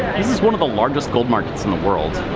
this is one of the largest gold markets in the world.